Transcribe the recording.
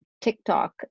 TikTok